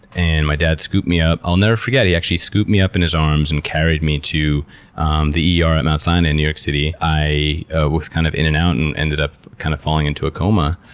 and my dad scooped me up. i'll never forget. he actually scooped me up in his arms and carried me to um the er at mt. sinai in new york city. i ah was kind of in and out and ended up kind of falling into a coma.